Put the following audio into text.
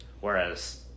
Whereas